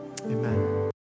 Amen